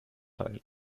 teil